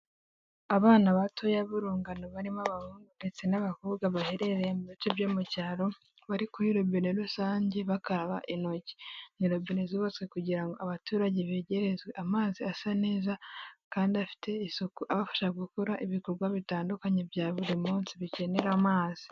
Abana batoya b'urungano barimo abahungu ndetse n'abakobwa baherereye mu bice byo mu cyaro, bari kuri rebe rusange bakaba intoki. Ni robine zubatswe kugira ngo abaturage begere amazi asa neza kandi afite isuku abafasha gukora ibikorwa bitandukanye bya buri munsi bikenera amazi.